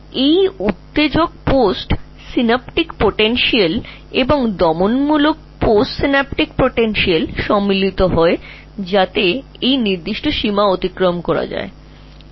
এবং এই উত্তেজনাপূর্ণ পোস্ট সিন্যাপটিক সম্ভাবনা এবং প্রতিরোধমূলক পোস্ট সিনাপটিক সম্ভাবনা একত্রিত হয় যাতে তারা এটিকে সীমা বা threshold এ নিয়ে আসতে পারে